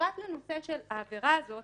פרט לנושא של העבירה זאת,